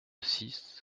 six